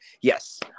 Yes